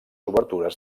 obertures